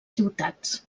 ciutats